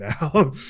now